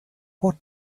what